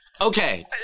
Okay